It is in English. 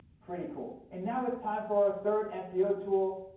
pretty cool and now it's time for our third seo tool,